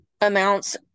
amounts